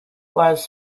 was